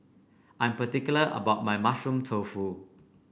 I'm particular about my Mushroom Tofu